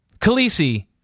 khaleesi